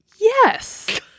Yes